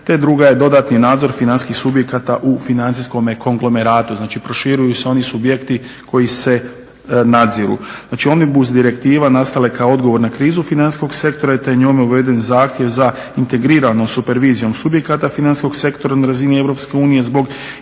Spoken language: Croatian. Te druga je dodatni nadzor financijskih subjekata u financijskom konglomeratu. Znači proširuju se oni subjekti koji se nadziru. Znači Omnibus direktiva nastala je kao odgovor na krizu financijskog sektora te je njome uveden zahtjev za integriranom supervizijom subjekata financijskog sektora na razini Europske